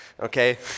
okay